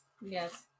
Yes